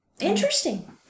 Interesting